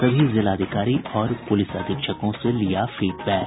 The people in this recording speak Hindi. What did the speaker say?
सभी जिलाधिकारी और पुलिस अधीक्षकों से लिया फीडबैक